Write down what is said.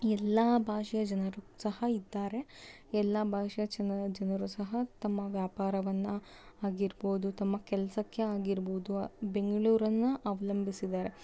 ಎಲ್ಲ ಭಾಷೆಯ ಜನರು ಸಹ ಇದ್ದಾರೆ ಎಲ್ಲ ಭಾಷೆಯ ಜನ ಜನರೂ ಸಹ ತಮ್ಮ ವ್ಯಾಪಾರವನ್ನು ಆಗಿರ್ಬೋದು ತಮ್ಮ ಕೆಲಸಕ್ಕೆ ಆಗಿರ್ಬೋದು ಬೆಂಗಳೂರನ್ನು ಅವಲಂಬಿಸಿದ್ದಾರೆ